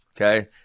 okay